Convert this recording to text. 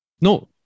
no